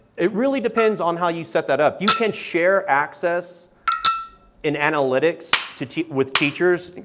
it really depends on how you set that up, you can share access in analytics to teach with teachers,